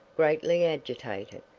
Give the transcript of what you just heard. greatly agitated.